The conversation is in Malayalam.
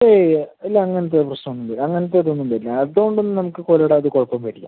ഏയ് ഇല്ല അങ്ങനത്തെ പ്രശ്നം ഒന്നും ഇല്ല അങ്ങനത്തെ ഇത് ഒന്നും വരില്ല അത് കൊണ്ട് ഒന്നും നമുക്ക് കുല ഉണ്ടാവാത്ത കുഴപ്പം വരില്ല